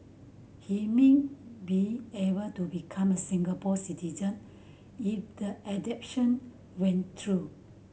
he mean be able to become a Singapore citizen if the adoption went through